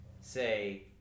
say